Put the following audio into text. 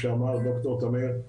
שאמר ד"ר תמיר,